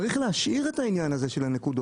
צריך להשאיר את העניין הזה של הנקודות.